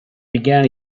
began